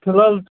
فِلحال